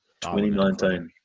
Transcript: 2019